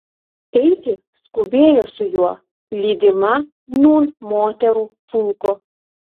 eiti skubėjo su juo lydima nūn moterų pulko